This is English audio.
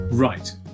Right